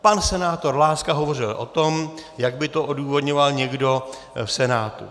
Pan senátor Láska hovořil o tom, jak by to odůvodňoval někdo v Senátu.